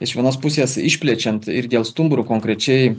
iš vienos pusės išplečiant ir dėl stumbrų konkrečiai